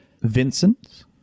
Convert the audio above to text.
Vincent